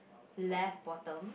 left bottom